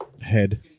head